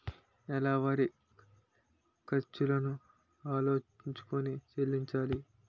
నెలవారి ఖర్చులను ఆలోచించుకొని చెల్లించాలి